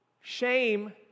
Shame